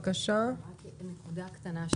נקודה קטנה.